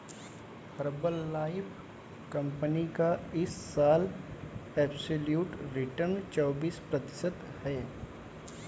Herbalife company का इस साल एब्सोल्यूट रिटर्न चौबीस प्रतिशत है